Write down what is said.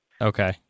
Okay